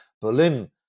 Berlin